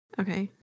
okay